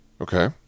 Okay